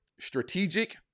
strategic